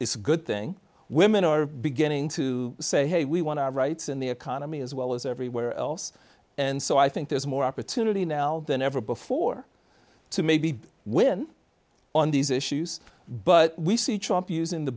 it's a good thing women are beginning to say hey we want our rights in the economy as well as everywhere else and so i think there's more opportunity now than ever before to maybe win on these issues but we see trump using the